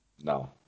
No